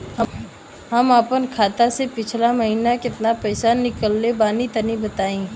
हम आपन खाता से पिछला महीना केतना पईसा निकलने बानि तनि बताईं?